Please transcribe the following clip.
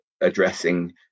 addressing